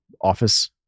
office